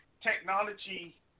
technology